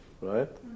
right